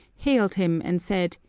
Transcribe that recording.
hailed him, and said,